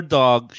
dog